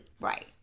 Right